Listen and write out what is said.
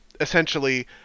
essentially